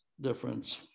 difference